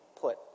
put